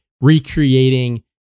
recreating